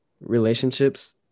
relationships